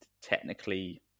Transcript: technically